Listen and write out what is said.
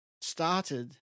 started